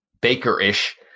Baker-ish